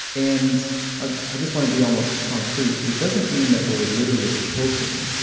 and ah i just wanna be almost concrete. it doesn't mean that we're literally choking,